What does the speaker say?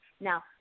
Now